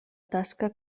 tasca